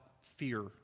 fear